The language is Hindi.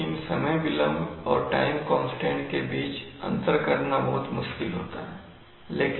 इसलिए समय विलंब और टाइम कांस्टेंट के बीच अंतर करना बहुत मुश्किल होता है